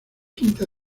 quinta